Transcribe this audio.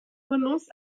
renonce